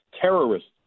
Terrorists